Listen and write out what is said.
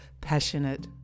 passionate